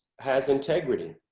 has integrity,